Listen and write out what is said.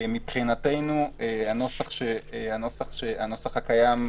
מבחינתנו הנוסח הקיים,